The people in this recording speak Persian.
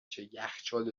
جا، یخچال